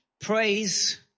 praise